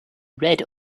read